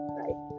right